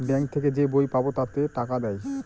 bank থেকে যে বই পাবো তাতে টাকা দেয়